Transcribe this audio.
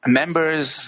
members